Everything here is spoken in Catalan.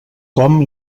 com